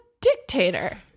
dictator